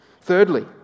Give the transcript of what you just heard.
Thirdly